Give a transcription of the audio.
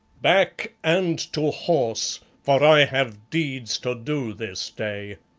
back and to horse, for i have deeds to do this day.